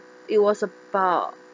it was about